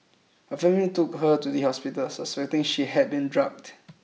her family took her to the hospital suspecting she had been drugged